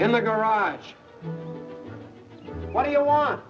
in the garage why do you want